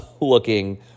looking